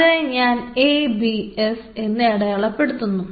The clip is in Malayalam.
അതിനെ ഞാൻ ABS എന്ന് അടയാളപ്പെടുത്തുന്നു